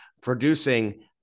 producing